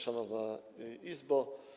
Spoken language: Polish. Szanowna Izbo!